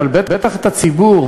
אבל בטח את הציבור,